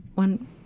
One